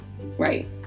Right